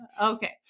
Okay